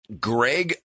Greg